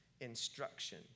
instruction